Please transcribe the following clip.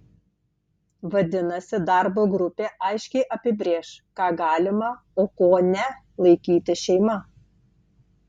vadinasi darbo grupė aiškiai apibrėš ką galima o ko ne laikyti šeima